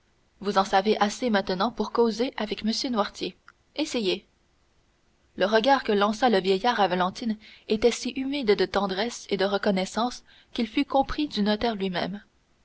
vous en savez assez maintenant pour causer avec m noirtier essayez le regard que lança le vieillard à valentine était si humide de tendresse et de reconnaissance qu'il fut compris du notaire lui-même